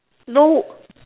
no